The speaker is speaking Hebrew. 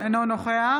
אינו נוכח